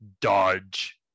dodge